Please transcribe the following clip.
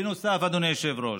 בנוסף, אדוני היושב-ראש,